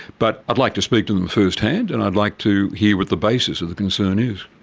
but i'd like to speak to them firsthand and i'd like to hear what the basis of the concern is.